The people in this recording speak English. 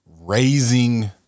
raising